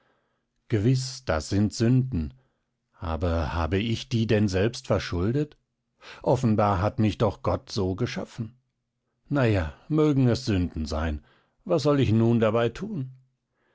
gewiß das sind sünden aber habe ich die denn selbst verschuldet offenbar hat mich doch gott so geschaffen na ja mögen es sünden sein was soll ich nun dabei tun